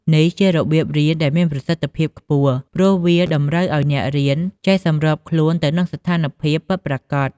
នេះជារបៀបរៀនដែលមានប្រសិទ្ធភាពខ្ពស់ ព្រោះវាតម្រូវឱ្យអ្នករៀនចេះសម្របខ្លួនទៅនឹងស្ថានភាពពិតប្រាកដ។